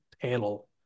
panel